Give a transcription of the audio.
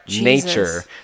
nature